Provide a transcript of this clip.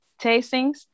tastings